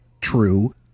true